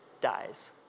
dies